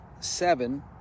seven